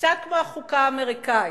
קצת כמו החוקה האמריקנית.